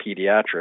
Pediatrics